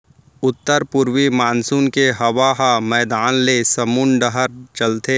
उत्तर पूरवी मानसून के हवा ह मैदान ले समुंद डहर चलथे